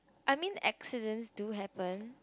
I mean accidents do happen